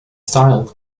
style